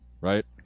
right